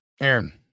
Aaron